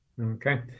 okay